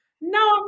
no